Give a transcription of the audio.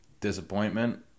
Disappointment